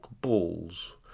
balls